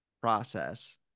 process